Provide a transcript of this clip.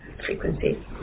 frequency